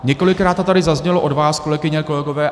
Několikrát to tady zaznělo od vás, kolegyně, kolegové.